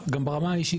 גם ברמה האישית,